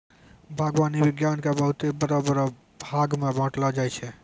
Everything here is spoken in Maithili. बागवानी विज्ञान के बहुते बड़ो बड़ो भागमे बांटलो जाय छै